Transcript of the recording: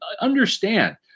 understand